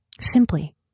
simply